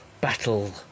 battle